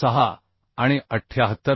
26 आणि 78